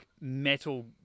Metal